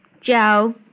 Joe